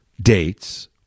dates